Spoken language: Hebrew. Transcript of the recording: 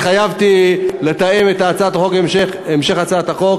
התחייבתי לתאם את המשך קידום הצעת החוק